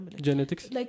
Genetics